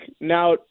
Now